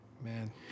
Man